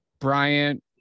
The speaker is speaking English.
Bryant